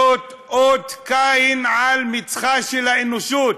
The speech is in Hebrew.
זה אות קין על מצחה של האנושות,